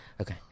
Okay